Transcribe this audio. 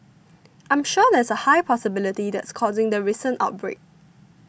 I'm sure there's a high possibility that's causing the recent outbreak